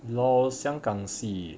LOL 香港戏